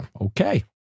Okay